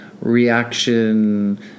reaction